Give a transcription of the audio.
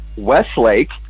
Westlake